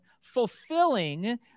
fulfilling